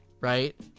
right